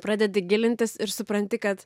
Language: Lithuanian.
pradedi gilintis ir supranti kad